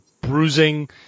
bruising